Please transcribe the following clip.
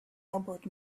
elbowed